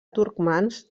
turcmans